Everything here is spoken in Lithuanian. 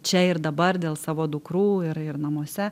čia ir dabar dėl savo dukrų ir ir namuose